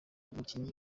umukinnyi